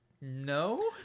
no